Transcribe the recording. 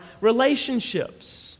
relationships